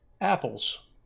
apples